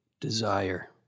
desire